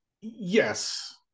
Yes